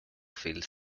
field